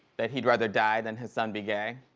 that he'd rather die then his son be gay.